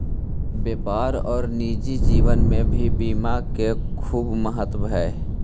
व्यापार और निजी जीवन में भी बीमा के खूब महत्व हई